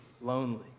lonely